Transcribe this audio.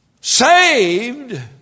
Saved